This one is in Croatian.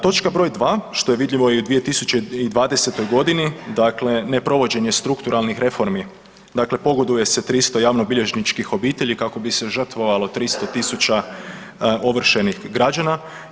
Točka broj 2., što je vidljivo i u 2020.-toj godini, dakle neprovođenje strukturalnih reformi, dakle pogoduje se 300 javnobilježničkih obitelji kako bi se žrtvovalo 300.000 ovršenih građana.